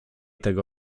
tego